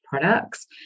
products